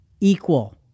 Equal